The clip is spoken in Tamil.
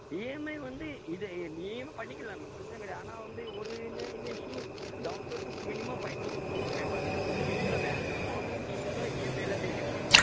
இஎம்ஐ வந்து இது இ இஎம்ஐ பண்ணிக்கலாம் மேம் பிரச்சனை கிடையாது ஆனால் வந்து ஒரு இமே இமேஜிம் down payment minimum five thousand rupees pay பண்ணணும் மீதி உள்ள பேலன்ஸ் அமௌவுண்டும் வந்து நீங்கள் இஎம்ஐயில பே பண்ணிக்கிடலாம்